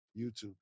YouTube